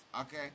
okay